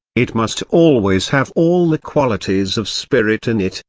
it must always have all the qualities of spirit in it,